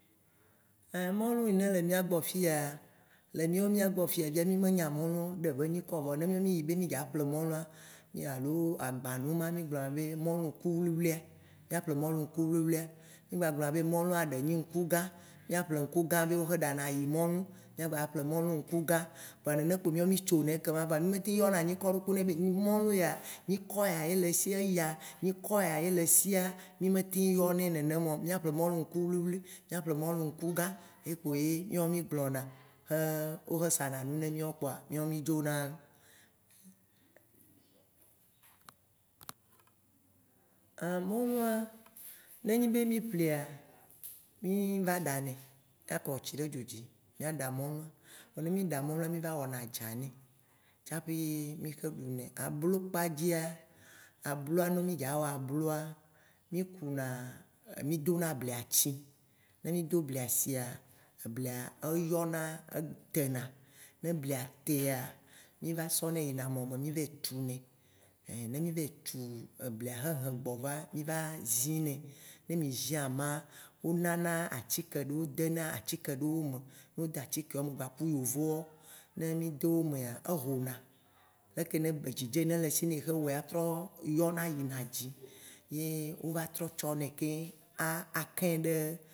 Ein mɔlu yi ne le mìagbɔ fiya, le mìɔ mìa gbɔ fiya, mì me yna mɔlu ɖe be ŋkɔ o. Vɔ ne mì yi be mì dza ƒle mɔlua, alo agbanu ma, mì gblɔna be mɔlu ŋku wluiwluia, mìa ƒle mɔlu ŋku wluiwluia. Mì gba gblɔna be mɔlua ɖe nye ŋkugã, mìaƒle ŋkugã be wotsɔ ɖana ayimɔlu, mìa gba ƒle mɔlu ŋkugã, kpoa nene kpo mì tsonɛ keŋ ma vɔa mì me tem yɔna ŋkɔ ɖekpe nɛ be mɔlu ya ŋkɔ ya nyikɔ ya ye le esi, eya nyikɔ ya ye le asia, mì me teŋ yɔnɛ nenema o. Mìaƒle mɔlu ŋku wluiwlui, mìaƒle mɔlu ŋkugã ye kpoe mìɔ mì gblɔna wo xe sana nu ne mì kpoa mìɔ mì dzona.. Anh mɔlua ne nye be mì ƒlea, mì va ɖanɛ, mìa kɔ tsi ɖe dzodzi, mìa ɖa mɔlu. Vɔa ne mì ɖa mɔlua, mì va wɔna dza nɛ, tsaƒe mí xe ɖu nɛ. Ablo kpadzia, ablo ne mì dza wɔ abloa, mì kuna mì dona blia tsi, ne mí do blia tsia, blia eyɔna, etena. Ne blia tea, mì va sɔ yina mɔ me, mì va yi tunɛ, ne mì va yi tu blia xe gbɔva, mì va ginɛ, ne mì gi ama, wonana atike ɖe, wodena atike ɖewo me. Ne wo de atikeawo me gbaku yovowɔ, ne mì de wo mea, ehona. Dzidze yi ne le esi ne exɔ wɔea, etrɔ yɔna yina dzi. Ye wova trɔ tsɔnɛ keŋ akĩ ɖe.